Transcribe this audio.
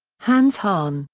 hans hahn,